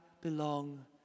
belong